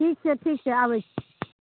ठीक छै ठीक छै आबैत छी